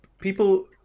people